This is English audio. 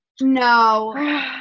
No